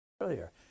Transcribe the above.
earlier